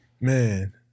Man